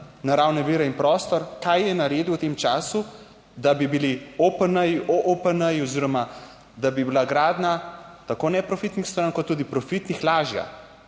naravne vire in prostor, kaj je naredil v tem času, da bi bili OPN, OOPN oziroma da bi bila gradnja tako neprofitnih stanovanj, kot tudi profitnih lažja.